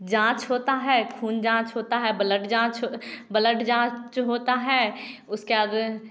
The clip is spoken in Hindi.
जाँच होता है खून जाँच होता है ब्लड जाँच ब्लड जाँच् च होता है उसके आगे